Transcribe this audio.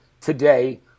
today